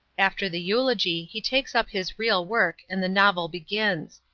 after the eulogy he takes up his real work and the novel begins.